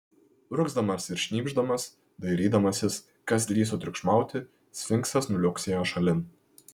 urgzdamas ir šnypšdamas dairydamasis kas drįso triukšmauti sfinksas nuliuoksėjo šalin